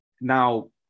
now